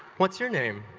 what's your name?